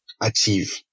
achieve